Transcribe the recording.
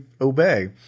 obey